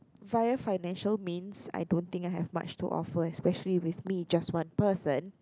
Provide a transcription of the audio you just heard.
via financial means I don't think I have much to offer especially with me just one person